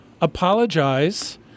apologize